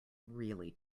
really